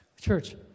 Church